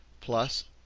plus